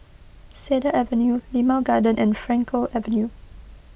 Cedar Avenue Limau Garden and Frankel Avenue